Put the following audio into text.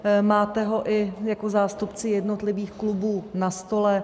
Máte ho i jako zástupci jednotlivých klubů na stole.